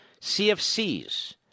CFCs